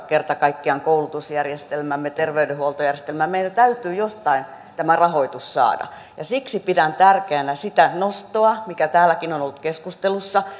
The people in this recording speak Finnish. kerta kaikkiaan koulutusjärjestelmäämme terveydenhuoltojärjestelmää meidän täytyy jostain tämä rahoitus saada siksi pidän tärkeänä sitä nostoa mikä täälläkin on ollut keskustelussa